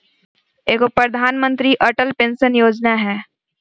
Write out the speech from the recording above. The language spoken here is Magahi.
एगो प्रधानमंत्री अटल पेंसन योजना है?